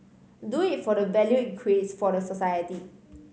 do it for the value it creates for society